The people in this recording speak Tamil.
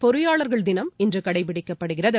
பொறியாளர்கள் தினம் இன்று கடைபிடிக்கப்படுகிறது